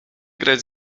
grać